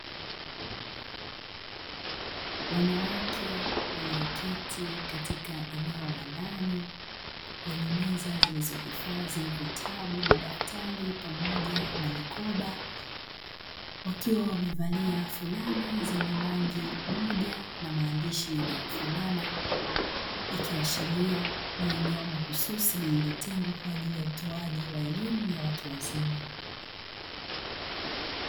Wanawake walioketi katika eneo la ndani lenye meza zilizohifadhi vitabu, madaftari pamoja na mikoba, wakiwa wamevalia fulana zenye rangi moja na maandishi yanayo fanana ikiashiria ni eneo mahususi lililotengwa kwa ajili ya utoaji wa elimu ya watu wazima.